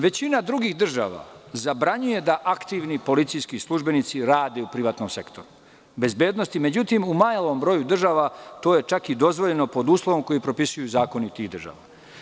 Većina drugih država zabranjuje da aktivni policijski službenici rade u privatnom sektoru bezbednosti, međutim, u malom broju država to je čak i dozvoljeno pod uslovima koje propisuju zakoni tih država.